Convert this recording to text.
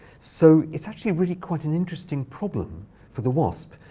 so it's actually really quite an interesting problem for the wasp,